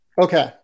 Okay